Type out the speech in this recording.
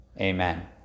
amen